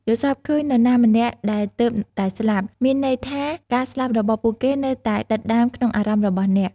យល់សប្តិឃើញនណាម្នាក់ដែលទើបតែស្លាប់ មានន័យថាការស្លាប់របស់ពួកគេ នៅតែដិតដាមក្នុងអារម្មណ៍របស់អ្នក។